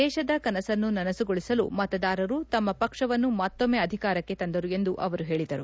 ದೇಶದ ಕನಸನ್ನು ನನಸುಗೊಳಿಸಲು ಮತದಾರರು ತಮ್ಮ ಪಕ್ಷವನ್ನು ಮತ್ತೊಮ್ಮೆ ಅಧಿಕಾರಕ್ಕೆ ತಂದರು ಎಂದು ಅವರು ಹೇಳಿದರು